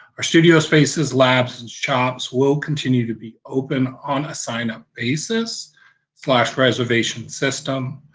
our studio spaces labs and shops will continue to be open on a sign-up basis reservation system.